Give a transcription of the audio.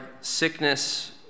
sickness